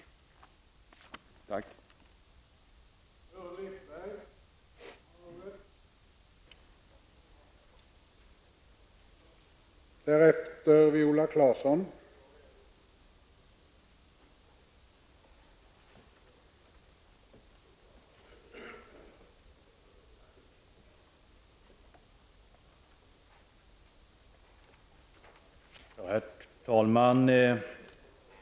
Tack.